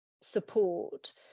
support